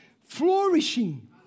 flourishing